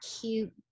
cute